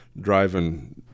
driving